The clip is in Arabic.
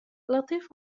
لطيف